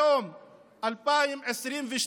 היום ב-2022,